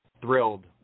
thrilled –